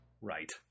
Right